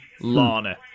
Lana